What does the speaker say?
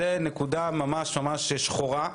זאת נקודה ממש ממש שחורה.